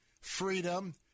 freedom